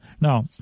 Now